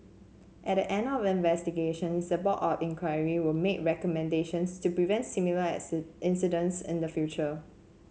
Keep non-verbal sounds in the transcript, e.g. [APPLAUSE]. at the end of [UNINTELLIGIBLE] the Board of Inquiry will make recommendations to prevent similar [UNINTELLIGIBLE] incidents in the future